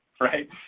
right